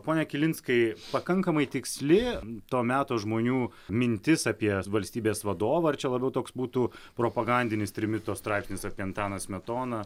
pone kilinskai pakankamai tiksli to meto žmonių mintis apie valstybės vadovą ar čia labiau toks būtų propagandinis trimito straipsnis apie antaną smetoną